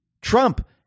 Trump